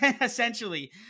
Essentially